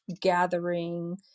gathering